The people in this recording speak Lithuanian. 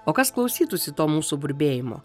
o kas klausytųsi to mūsų burbėjimo